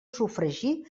sofregir